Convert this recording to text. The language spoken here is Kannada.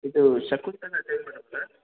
ಇದು ಶಕುಂತಲಾ ಟೈಲರ್ ಅವರಾ